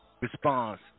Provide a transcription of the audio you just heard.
response